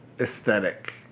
aesthetic